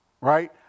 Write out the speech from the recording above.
right